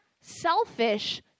selfish